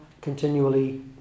continually